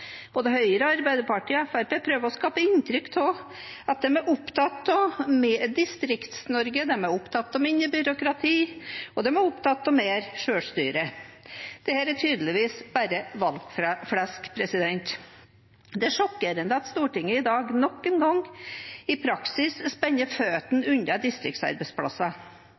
Både Høyre, Arbeiderpartiet og Fremskrittspartiet prøver å skape inntrykk av at de er opptatt av Distrikts-Norge, av mindre byråkrati og av mer selvstyre. Dette er tydeligvis bare valgflesk. Det er sjokkerende at Stortinget i dag nok en gang i praksis spenner føttene unna distriktsarbeidsplasser.